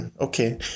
okay